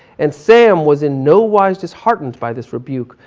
and sam was in no wise disheartened by this rebuke,